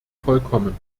vollkommen